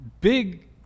big